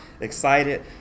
excited